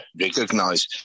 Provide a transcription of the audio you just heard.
recognize